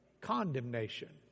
condemnation